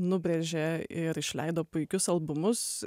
nubrėžė ir išleido puikius albumus